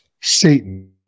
Satan